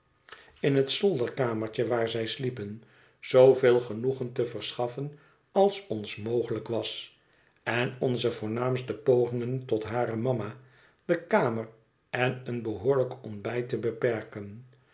in het zolderkamertje waar zij sliepen zooveel genoegen te verschaffen als ons mogelijk was en onze voornaamste pogingen tot hare mama de kamer en een behoorlijk ontbijt te beperken